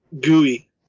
gooey